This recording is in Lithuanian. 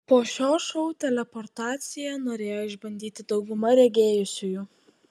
po šio šou teleportaciją norėjo išbandyti dauguma regėjusiųjų